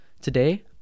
today